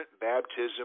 baptism